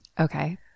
Okay